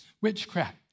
witchcraft